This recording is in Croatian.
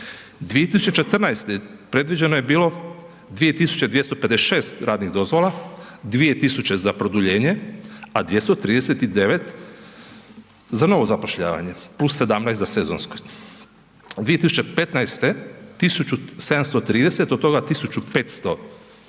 2014. predviđeno je bilo 2.256 radnih dozvola, 2.000 za produljenje, a 239 za novo zapošljavanje plus 17 za sezonsko. 2015. 1.730 od toga 1.500